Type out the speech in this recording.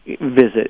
visit